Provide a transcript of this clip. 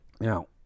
Now